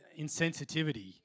insensitivity